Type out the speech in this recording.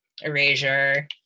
erasure